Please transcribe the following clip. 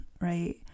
right